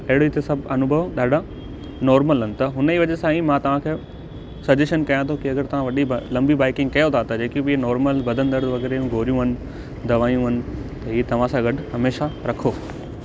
अहिड़ी त सभु अनुभव ॾाढा नॉर्मल आहिनि त हुन जी वजह सां ई मां तव्हांखे सजेशन कयां थो की अगरि तव्हां वॾी लंबी बाइकिंग कयो था त जेकी बि नॉर्मल बदन दर्द वग़ैरह ई गोरियूं आहिनि दवायूं आहिनि त इहे तव्हां सां गॾु हमेशा रखो